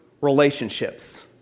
relationships